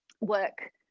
work